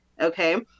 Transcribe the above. Okay